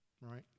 right